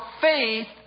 faith